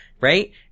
Right